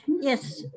Yes